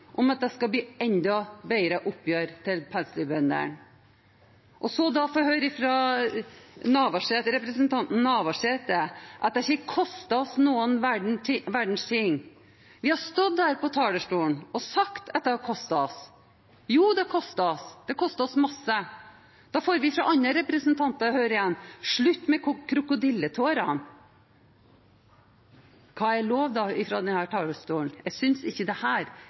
om at det skal bli enda bedre oppgjør for pelsdyrbøndene. Og så får vi høre fra representanten Navarsete at det ikke har kostet oss noen verdens ting. Vi har stått her på talerstolen og sagt at det har kostet oss. Jo, det har kostet oss, det har kostet oss mye. Så får vi fra andre representanter igjen høre: Slutt med krokodilletårene! Hva er da lov fra denne talerstolen? Jeg synes ikke dette er en slik debatt verdig. Vi har gjort det